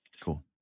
Cool